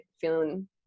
feeling